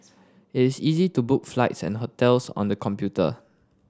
it is easy to book flights and hotels on the computer